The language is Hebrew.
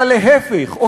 אלא להפך,